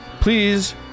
please